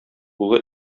улы